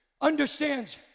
understands